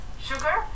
sugar